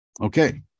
Okay